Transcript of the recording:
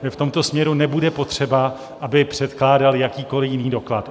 V tomto směru nebude potřeba, aby předkládal jakýkoliv jiný doklad.